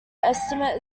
estimate